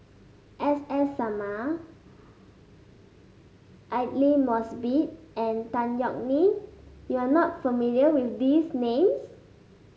S S Sarma Aidli Mosbit and Tan Yeok Nee you are not familiar with these names